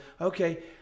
Okay